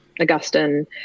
Augustine